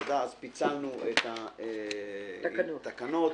פיצלנו את התקנות.